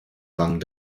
wang